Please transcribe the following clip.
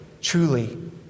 truly